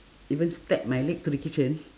even step my leg to the kitchen